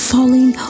Falling